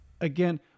again